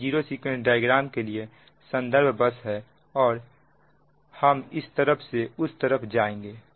यह zero sequence diagram के लिए संदर्भ बस है और हम इस तरफ से उस तरफ जाएंगे